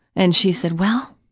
and she said, well,